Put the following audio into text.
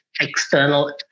external